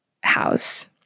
house